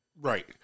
Right